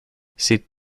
c’est